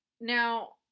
Now